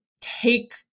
take